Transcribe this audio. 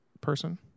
person